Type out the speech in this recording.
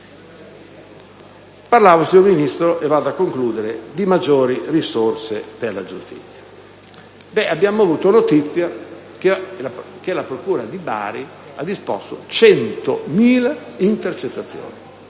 Parlavo, signor Ministro, e mi avvio a conclusione, di maggiori risorse per la giustizia. Abbiamo avuto notizia che la procura della Repubblica di Bari ha disposto 100.000 intercettazioni.